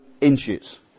inches